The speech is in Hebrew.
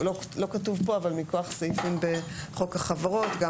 לא כתוב פה אבל מכוח סעיפים בחוק החברות גם